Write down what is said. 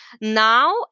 now